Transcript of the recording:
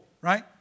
right